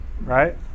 right